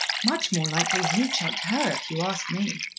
much more likely he chucked her, if you ask me.